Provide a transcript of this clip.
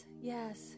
yes